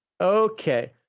Okay